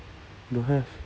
don't have